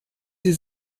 sie